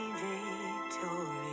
victory